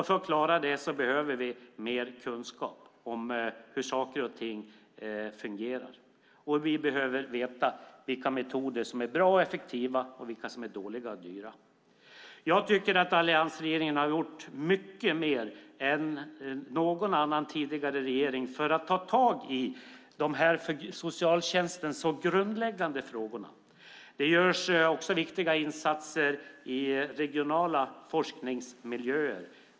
För att klara det behöver vi mer kunskap om hur saker och ting fungerar. Vi behöver veta vilka metoder som är bra och effektiva och vilka som är dåliga och dyra. Jag tycker alliansregeringen har gjort mycket mer än någon tidigare regering för att ta tag i dessa för socialtjänsten så grundläggande frågor. Det görs också viktiga insatser i regionala forskningsmiljöer.